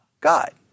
God